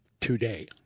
today